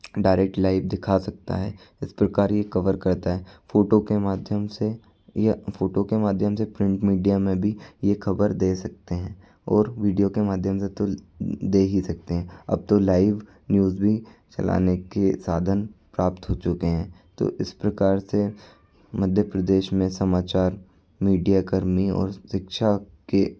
direct live दिखा सकता है इस प्रकार ये कभर करता है फोटो के माध्यम से या फोटो के माध्यम से प्रिंट मीडिया में भी ये खबर दे सकते हैं और वीडियो के माध्यम से तो दे ही सकते हैं अब तो लाईव न्यूज़ भी चलाने के साधन प्राप्त हो चुके हैं तो इस प्रकार से मध्य प्रदेश में समाचार मीडिया कर्मी और शिक्षा के